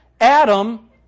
Adam